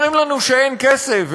אומרים לנו שאין כסף,